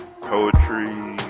poetry